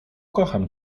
kocham